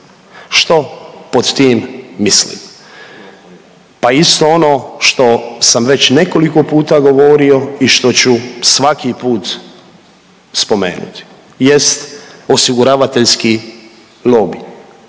Što pod tim mislim? Pa isto ono što sam već nekoliko puta govorio i što ću svaki put spomenuti, jest osiguravateljski lobi.